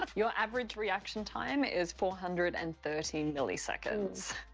ah your average reaction time is four hundred and thirty milliseconds.